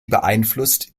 beeinflusst